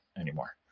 anymore